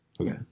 Okay